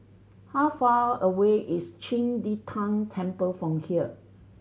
how far away is Qing De Tang Temple from here